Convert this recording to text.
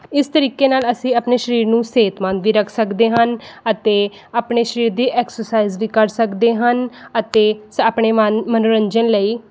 ਇਸ ਤਰੀਕੇ ਨਾਲ ਅਸੀਂ ਆਪਣੇ ਸਰੀਰ ਨੂੰ ਸਿਹਤਮੰਦ ਵੀ ਰੱਖ ਸਕਦੇ ਹਨ ਅਤੇ ਆਪਣੇ ਸਰੀਰ ਦੀ ਐਕਸਰਸਾਈਜ਼ ਵੀ ਕਰ ਸਕਦੇ ਹਨ ਅਤੇ ਸ ਆਪਣੇ ਮਨ ਮਨੋਰੰਜਨ ਲਈ